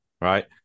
right